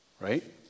right